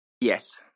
Yes